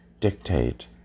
dictate